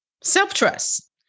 self-trust